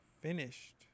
Finished